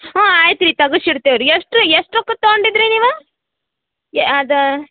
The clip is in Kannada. ಹ್ಞೂ ಆಯ್ತು ರೀ ತಗುಸಿಡ್ತೇವ್ ರೀ ಎಷ್ಟು ಎಷ್ಟಕ್ಕೆ ತಗೊಂಡಿದ್ದಿರಿ ನೀವು ಯಾ ಅದು